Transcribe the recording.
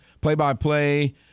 Play-by-play